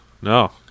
No